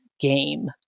game